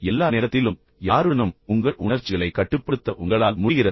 எல்லா நேரத்திலும் யாருடனும் உங்கள் உணர்ச்சிகளைக் கட்டுப்படுத்த உங்களால் முடிகிறதா